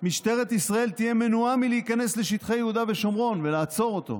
משטרת ישראל תהיה מנועה מלהיכנס לשטחי יהודה ושומרון ולעצור אותו.